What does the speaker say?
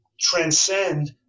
transcend